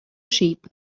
sheep